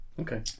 okay